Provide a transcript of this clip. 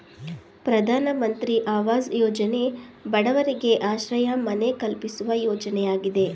ಪ್ರಧಾನಮಂತ್ರಿ ಅವಾಜ್ ಯೋಜನೆ ಬಡವರಿಗೆ ಆಶ್ರಯ ಮನೆ ಕಲ್ಪಿಸುವ ಯೋಜನೆಯಾಗಿದೆ